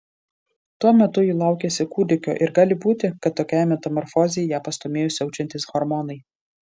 tuo metu ji laukėsi kūdikio ir gali būti kad tokiai metamorfozei ją pastūmėjo siaučiantys hormonai